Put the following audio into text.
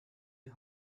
die